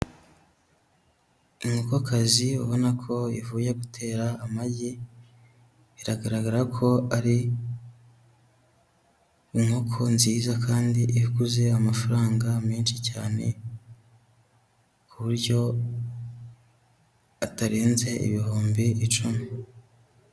Inkokokazi ubona ko ivuye gutera amagi, biragaragara ko ari inkoko nziza kandi iguze amafaranga menshi cyane, ku buryo atarenze ibihumbi icumi.